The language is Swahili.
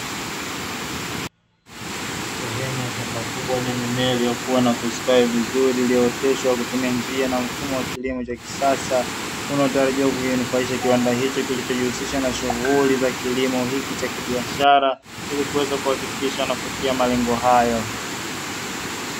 Sehemu ya shamba kubwa ya mimea iliyokuwa na kustawi vizuri, iliyooteshwa kwa kutumia njia na mfumo wa kilimo cha kisasa unaotarajia kukinufaisha kiwanda hiko kilichojihusisha na shughuli za kilimo hiki cha kibiashara, ili kuweza kuhakikisha kufikia malengo hayo.